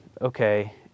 okay